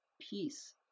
peace